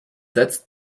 setzt